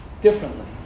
differently